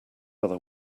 other